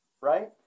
right